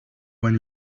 when